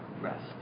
rest